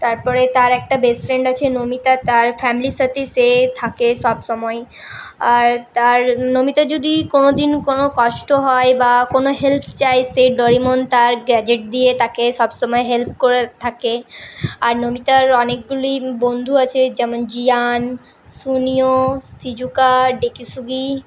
তার পরে তার একটা বেস্ট ফ্রেন্ড আছে নোবিতা তার ফ্যামিলির সাথেই সে থাকে সবসময় আর তার নোবিতার যদি কোনো দিন কোনো কষ্ট হয় বা কোনো হেল্প চায় সেই ডোরেমন তার গ্যাজেট দিয়ে তাকে সবসময় হেল্প করে থাকে আর নোবিতার অনেকগুলি বন্ধু আছে যেমন জিয়ান সুনিয়ো সিজুকা ডেকিসুগি